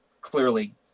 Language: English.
clearly